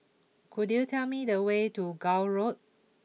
could you tell me the way to Gul Road